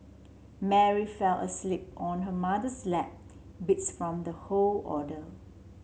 Mary fell asleep on her mother's lap beats from the whole ordeal